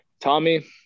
Tommy